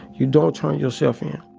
you don't turn yourself in.